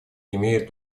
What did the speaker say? имеют